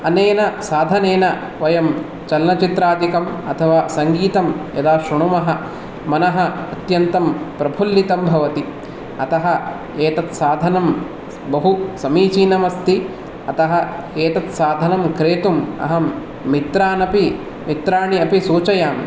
अनेन साधनेन वयं चलनचित्रादिकं अथवा सङ्गीतं यदा श्रुणुमः मनः अत्यन्तं प्रफुल्लितं भवति अतः एतत् साधनं बहुसमीचीनम् अस्ति अतः एतत् साधनं क्रेतुम् अहं मित्रानपि मित्राणि अपि सूचयामि